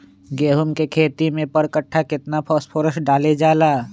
गेंहू के खेती में पर कट्ठा केतना फास्फोरस डाले जाला?